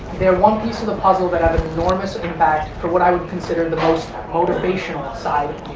they're one piece of the puzzle that have enormous impact for what i would consider the most motivational side